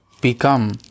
become